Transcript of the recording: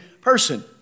person